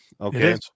okay